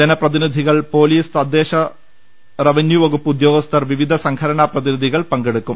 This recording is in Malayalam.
ജനപ്രതിനിധികൾ പോലീസ് തദ്ദേശ റവന്യു വകുപ്പ് ഉദ്യോഗസ്ഥർ വിവിധ സംഘടന പ്രതിനിധികൾ പങ്കെടുക്കും